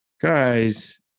Guys